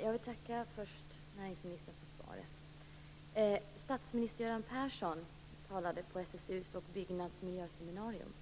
Fru talman! Först vill jag tacka näringsministern för svaret. Statsminister Göran Persson talade på SSU:s och Byggnads miljöseminarium.